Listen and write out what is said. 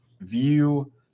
view